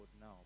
now